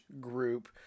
group